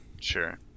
Sure